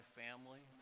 family